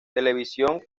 television